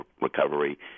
recovery